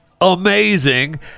Amazing